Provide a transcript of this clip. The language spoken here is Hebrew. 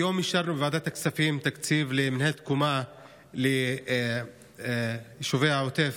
היום אישרנו בוועדת הכספים תקציב למינהלת תקומה ליישובי העוטף.